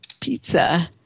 pizza